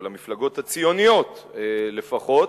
או אל המפלגות הציוניות לפחות.